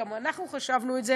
גם אנחנו חשבנו כך.